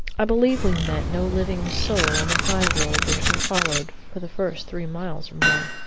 i believe we met no living soul on the high road which we followed for the first three miles or more.